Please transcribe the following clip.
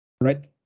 right